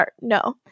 no